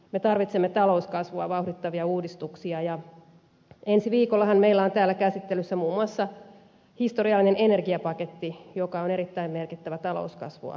me tarvitsemme talouskasvua vauhdittavia uudistuksia ja ensi viikollahan meillä on täällä käsittelyssä muun muassa historiallinen energiapaketti joka on erittäin merkittävä talouskasvua vauhdittava uudistus